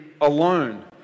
alone